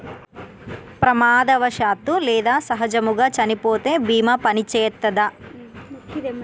ప్రమాదవశాత్తు లేదా సహజముగా చనిపోతే బీమా పనిచేత్తదా?